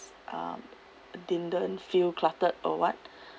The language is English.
um didn't feel cluttered or what